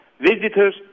visitors